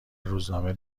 روزنامه